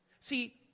See